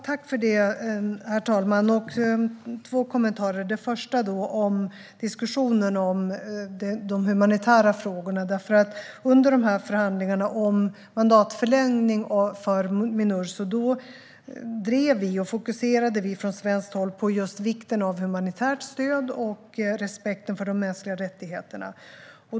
Herr talman! Två kommentarer, den första till diskussionen om de humanitära frågorna. Under förhandlingarna om mandatförlängning för Minurso fokuserade vi från svenskt håll på just vikten av humanitärt stöd och respekt för de mänskliga rättigheterna.